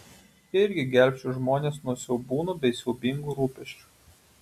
irgi gelbsčiu žmones nuo siaubūnų bei siaubingų rūpesčių